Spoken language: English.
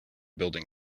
building